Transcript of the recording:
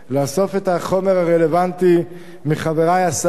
לאסוף את החומר הרלוונטי מחברי השרים,